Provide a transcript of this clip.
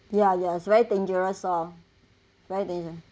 ya ya it's very dangerous loh very dangerous